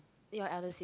your other sis